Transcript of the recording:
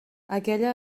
aquella